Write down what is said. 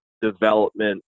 development